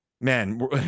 man